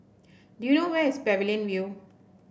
do you know where is Pavilion View